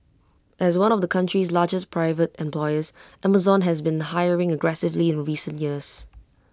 as one of the country's largest private employers Amazon has been hiring aggressively in recent years